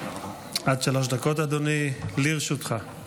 עד שלוש דקות לרשותך, אדוני.